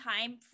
time